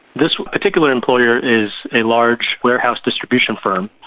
this particular employer is a large warehouse distribution firm,